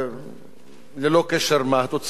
ללא קשר עם מה התוצאות,